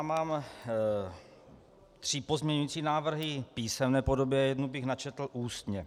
Mám tři pozměňující návrhy v písemné podobě, jeden bych načetl ústně.